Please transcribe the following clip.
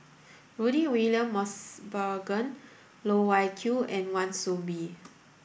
Rudy William Mosbergen Loh Wai Kiew and Wan Soon Mee